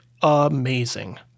amazing